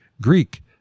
Greek